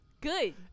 Good